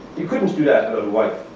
you couldn't do that with a wife.